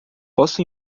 posso